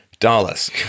Dollars